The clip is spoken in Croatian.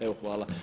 Evo hvala.